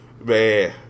Man